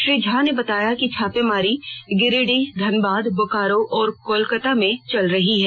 श्री झा ने बताया कि छापेमारी गिरिडीह धनबाद बोकारो और कोलकाता में चल रही हैं